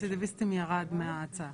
רצידיביסטים ירד מההצעה.